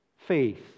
faith